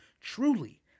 Truly